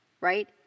right